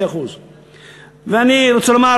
0.5%. ואני רוצה לומר,